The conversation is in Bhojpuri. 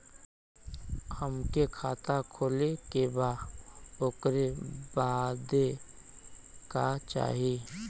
हमके खाता खोले के बा ओकरे बादे का चाही?